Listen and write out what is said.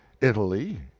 Italy